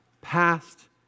past